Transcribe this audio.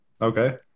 okay